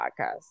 podcast